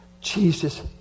Jesus